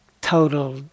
total